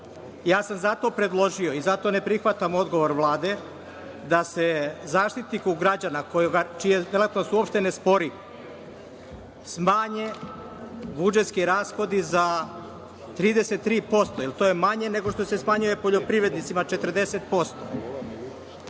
sam predložio i zato ne prihvatam odgovor Vlade da se Zaštitniku građana, verovatno se uopšte ne spori, smanje budžetski rashodi za 33% jer to je manje nego što se smanjuje poljoprivrednicima 40%.Ako